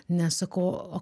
ne sakau o